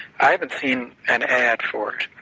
i haven't seen an ad for it.